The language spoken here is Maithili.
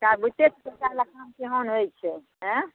सएह बूझिते छियै सरकार कऽ काम केहन होइत छै आयँ